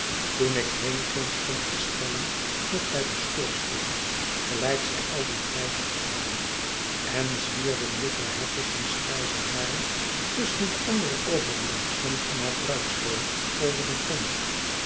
toen ik heenging stond estella nog by den schoorsteen gelijk zij al dien tijd had gedaan en zwierden jufvrouw havisham's grijze haren tusschen de andere overblijfselen van haar bruidstooi over den grond